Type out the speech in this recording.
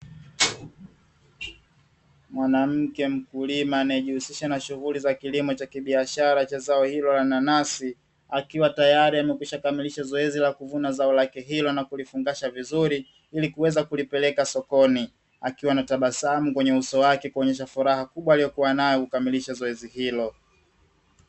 Mwanamke mkulima anayejihusisha na shughuli za kilimo cha kibiashara cha zao hilo la nanasi, akiwa tayari amekwisha kamilisha zoezi la kuvuna zao lake hilo na kulifungasha vizuri ili kuweza kulipeleka sokoni. Akiwa na tabasamu kwenye uso wake kuonyesha furaha kubwa aliyokuwa nayo kukamilisha zoezi hilo.